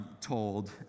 told